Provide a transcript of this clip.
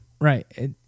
Right